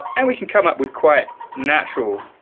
and we can come up with quite natural